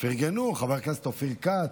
חבר הכנסת אופיר כץ.